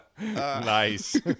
Nice